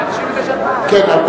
נכון.